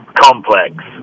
complex